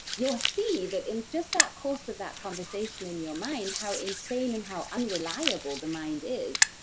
you'll see that in just that course of that conversation in your mind how insane and how unreliable the mind is,